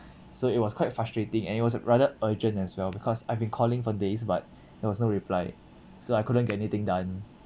so it was quite frustrating and it was rather urgent as well because I've been calling for days but there was no reply so I couldn't get anything done